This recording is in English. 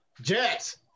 Jets